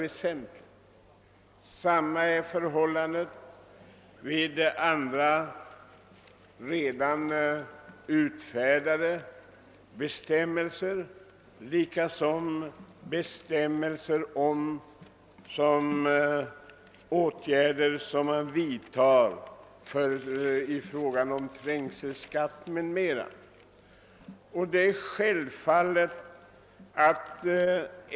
Samma är förhållandet med andra redan utfärdade bestämmelser liksom planerade åtgärder, exempelvis införande av en trängselskatt för stockholmare.